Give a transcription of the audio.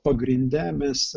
pagrinde mes